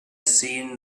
seen